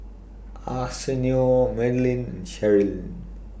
Arsenio Madelynn Cherilyn